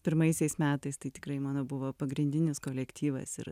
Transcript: pirmaisiais metais tai tikrai mano buvo pagrindinis kolektyvas ir